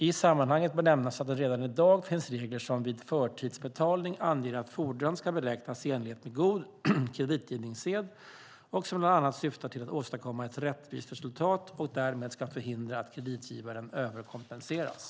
I sammanhanget bör nämnas att det redan i dag finns regler som vid förtidsbetalning anger att fordran ska beräknas i enlighet med god kreditgivningssed och som bland annat syftar till att åstadkomma ett rättvist resultat och därmed förhindra att kreditgivaren överkompenseras.